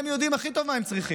הם יודעים הכי טוב מה הם צריכים.